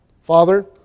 Father